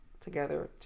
together